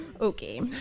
Okay